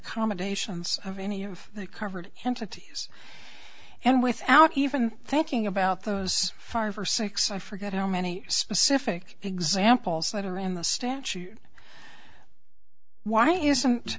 accommodations of any of that covered entities and without even thinking about those five or six i forget how many specific examples that are in the statute why isn't